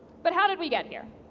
but how did we get here?